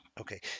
okay